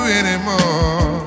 anymore